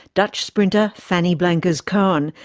dutch sprinter fanny blankers-koen,